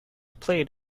played